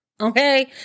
Okay